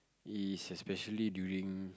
especially during